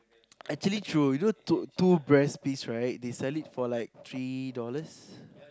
actually true you know two two breast piece right they sell it for like three dollars